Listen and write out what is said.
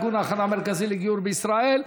ארגון ההכנה המרכזי לגיור בישראל.